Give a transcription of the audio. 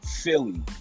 Philly